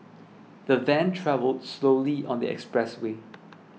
the van travelled slowly on the expressway